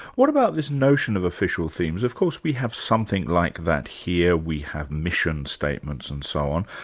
what about this notion of official themes? of course we have something like that here, we have mission statements and so on.